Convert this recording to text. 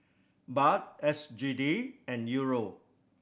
Baht S G D and Euro